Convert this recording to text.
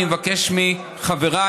אני מבקש מחבריי,